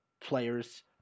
players